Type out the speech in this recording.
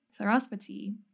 Sarasvati